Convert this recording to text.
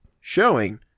showing